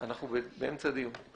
אנחנו באמצע דיון.